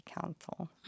council